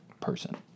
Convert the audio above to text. person